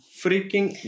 freaking